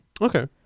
Okay